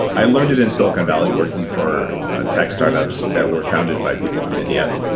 i learned it in silicon valley working for tech startups that were founded by people from india,